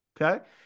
Okay